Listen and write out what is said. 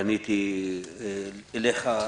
פניתי אליך,